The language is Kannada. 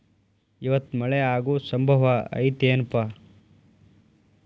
ಇವತ್ತ ಮಳೆ ಆಗು ಸಂಭವ ಐತಿ ಏನಪಾ?